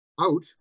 out